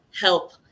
help